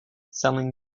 selling